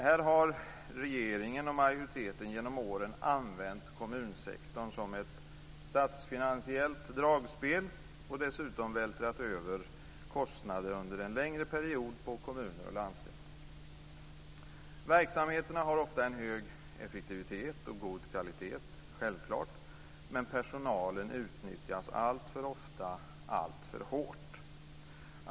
Här har regeringen och majoriteten genom åren använt kommunsektorn som ett statsfinansiellt dragspel och dessutom under en längre period vältrat över kostnader på kommuner och landsting. Verksamheterna har ofta en hög effektivitet och god kvalitet, självklart. Men personalen utnyttjas alltför ofta alltför hårt.